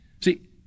See